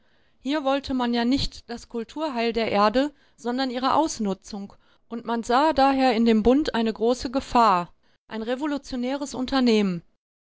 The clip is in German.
hier wollte man ja nicht das kulturheil der erde sondern ihre ausnutzung und man sah daher in dem bund eine große gefahr ein revolutionäres unternehmen